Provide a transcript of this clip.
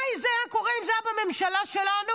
מה היה קורה אם זה היה בממשלה שלנו?